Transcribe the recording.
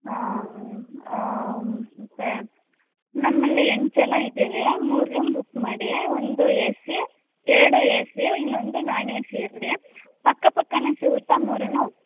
ಹಾಂ ಮತ್ತು ನಮ್ಮಲ್ಲಿ ಎಂಟು ಜನ ಇದ್ದೀವಿ ಮೂರು ರೂಮ್ ಬುಕ್ ಮಾಡಿ ಒಂದು ಎ ಸಿ ಎರಡು ಎ ಸಿ ಇನ್ನೊಂದು ನಾನ್ ಎ ಸಿ ಇರಲಿ ಪಕ್ಕಪಕ್ಕವೇ ಸಿಗುತ್ತಾ ಮೂರೂ